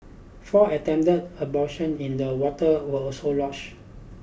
four attempted abortion in the water were also lodged